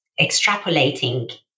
extrapolating